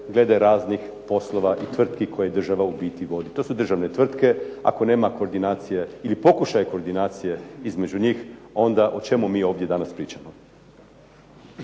glede raznih poslova i tvrki koje država u biti vodi, to su državne tvrtke ako nema koordinacije ili pokušaja koordinacije između njih onda o čemu mi ovdje danas pričamo.